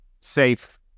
safe